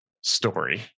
story